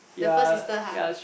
the first sister [huh]